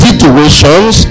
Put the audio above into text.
situations